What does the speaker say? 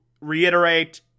reiterate